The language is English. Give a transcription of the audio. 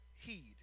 heed